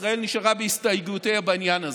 ישראל נשארה בהסתייגויותיה בעניין הזה.